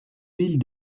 ville